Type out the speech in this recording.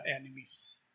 enemies